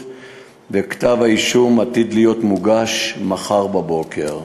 וכתב-האישום עתיד להיות מוגש מחר בבוקר.